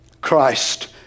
Christ